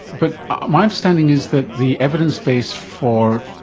but ah my understanding is that the evidence base for